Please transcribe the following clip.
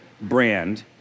brand